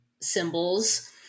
symbols